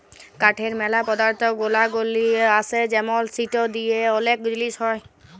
কাঠের ম্যালা পদার্থ গুনাগলি আসে যেমন সিটো দিয়ে ওলেক জিলিস হ্যয়